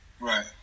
Right